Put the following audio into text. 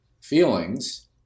feelings